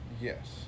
Yes